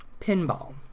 pinball